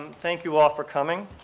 thank you all for coming.